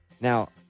Now